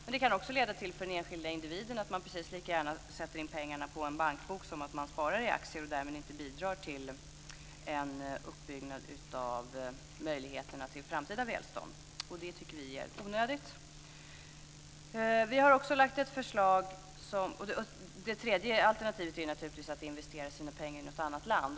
Men det kan också för den enskilda individen leda till att man precis lika gärna sätter in pengarna på en bankbok som att man sparar i aktier och därmed inte bidrar till en uppbyggnad av möjligheterna till framtida välstånd, och det tycker vi är onödigt. Det tredje alternativet är naturligtvis att man investerar sina pengar i något annat land.